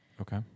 Okay